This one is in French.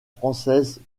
françaises